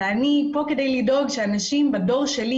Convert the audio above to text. ואני כאן כדי לדאוג שאנשים בדור שלי